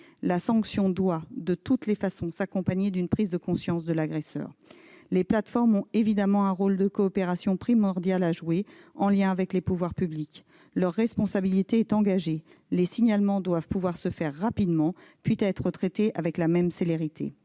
La sanction doit, de toutes les façons, s'accompagner d'une prise de conscience de l'agresseur. Les plateformes ont évidemment un rôle de coopération primordial à jouer, en lien avec les pouvoirs publics. Leur responsabilité est engagée. Les signalements doivent pouvoir se faire rapidement, puis être traités avec la même célérité.